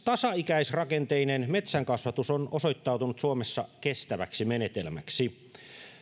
tasaikäisrakenteinen metsänkasvatus on osoittautunut suomessa kestäväksi menetelmäksi